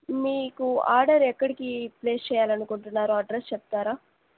మీకు ఆర్డర్ ఎక్కడికి ప్లేస్ చెయ్యాలనుకుంటున్నారో అడ్రస్ చెప్తారా